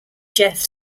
jeff